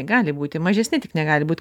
gali būti mažesni tik negali būt